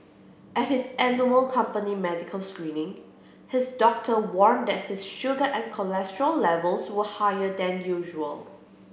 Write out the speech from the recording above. at his annual company medical screening his doctor warned that his sugar and cholesterol levels were higher than usual